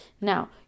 Now